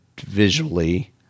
visually